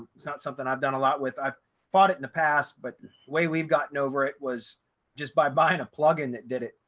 it's not something i've done a lot with. i've bought it in the past, but we've gotten over it was just by buying a plugin that did it.